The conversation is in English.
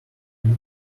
free